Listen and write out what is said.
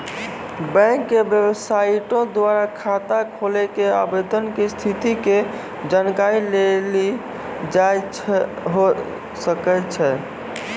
bank के बेबसाइटो द्वारा खाता खोलै के आवेदन के स्थिति के जानकारी लेलो जाय सकै छै